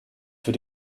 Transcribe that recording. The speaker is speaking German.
für